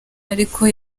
ariko